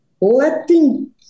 letting